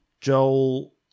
Joel